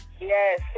Yes